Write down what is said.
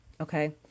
Okay